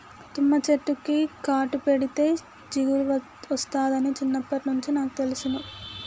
తుమ్మ చెట్టుకు ఘాటు పెడితే జిగురు ఒస్తాదని చిన్నప్పట్నుంచే నాకు తెలుసును